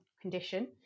condition